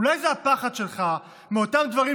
אולי זה הפחד שלך מאותם דברים,